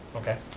okay?